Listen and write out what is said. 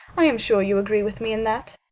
i am sure you agree with me in that.